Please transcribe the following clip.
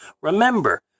Remember